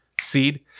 Seed